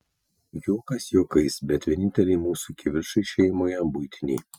juokas juokais bet vieninteliai mūsų kivirčai šeimoje buitiniai